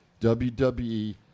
WWE